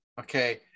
okay